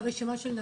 הם ברשימה?